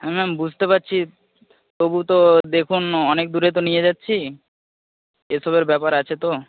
হ্যাঁ ম্যাম বুঝতে পারছি তবু তো দেখুন অনেক দূরে তো নিয়ে যাচ্ছি এসবের ব্যপার আছে তো